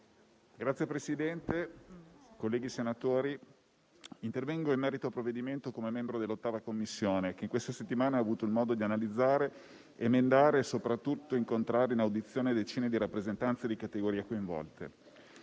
Signor Presidente, colleghi senatori, intervengo in merito al provvedimento come membro dell'8a Commissione, che in questa settimana ha avuto modo di analizzare, emendare e soprattutto incontrare in audizione decine di rappresentanti di categorie coinvolte.